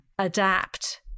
Adapt